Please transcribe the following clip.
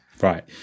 Right